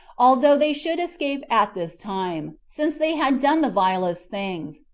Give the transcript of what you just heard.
although they should escape at this time, since they had done the vilest things,